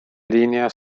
linea